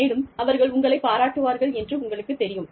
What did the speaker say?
மேலும் அவர்கள் உங்களைப் பாராட்டுவார்கள் என்று உங்களுக்குத் தெரியும்